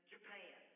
Japan